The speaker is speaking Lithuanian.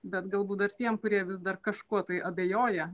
bet galbūt dar tiem kurie vis dar kažkuo tai abejoja